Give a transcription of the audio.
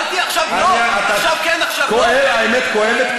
אלקין וקיש, אגיד לך